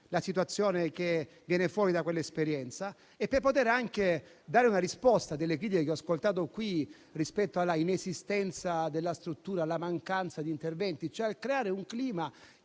la situazione che emerge da quell'esperienza e per poter anche dare una risposta ad alcune critiche che ho ascoltato rispetto alla inesistenza della struttura e alla mancanza di interventi. Tali rilievi,